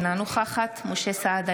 אינה נוכחת משה סעדה,